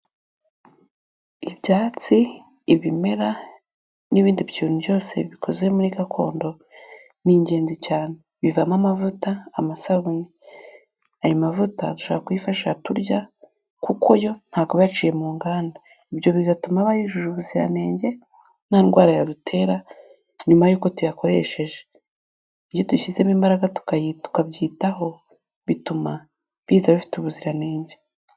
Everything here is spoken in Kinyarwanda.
Ibyatsi, ibimera n'ibindi bintu byose bikoze muri gakondo ni ingenzi cyane. Bivamo amavuta, amasabune. Ayo mavuta dushobora tuyifashisha turya kuko yo ntago yaciye mu nganda. Ibyo bigatuma aba yujuje ubuziranenge nta ndwara yadutera nyuma yuko tuyakoresheje. Iyo dushyizemo imbaraga tukabyitaho, bituma biza bifite ubuziranenge.